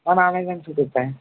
ஆ நானே தாங்க சார் பேசுகிறேன்